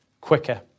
quicker